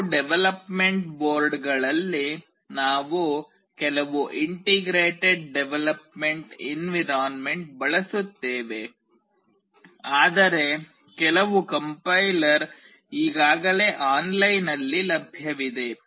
ಕೆಲವು ಡೆವಲಪ್ಮೆಂಟ್ ಬೋರ್ಡ್ಗಳಲ್ಲಿ ನಾವು ಕೆಲವು ಇಂಟಿಗ್ರೇಟೆಡ್ ಡೆವಲಪ್ಮೆಂಟ್ ಎನ್ವಿರಾನ್ಮೆಂಟ್ ಬಳಸುತ್ತೇವೆ ಆದರೆ ಕೆಲವು ಕಂಪೈಲರ್ ಈಗಾಗಲೇ ಆನ್ಲೈನ್ನಲ್ಲಿ ಲಭ್ಯವಿದೆ